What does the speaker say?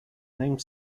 named